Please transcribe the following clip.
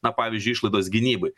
na pavyzdžiui išlaidos gynybai